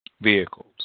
vehicles